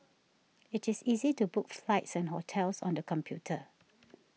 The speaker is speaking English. it is easy to book flights and hotels on the computer